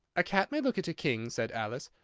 a cat may look at a king, said alice.